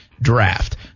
draft